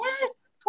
Yes